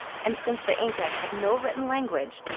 and since the inca had no written language,